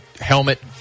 helmet